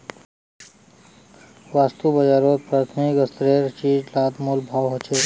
वास्तु बाजारोत प्राथमिक स्तरेर चीज़ लात मोल भाव होछे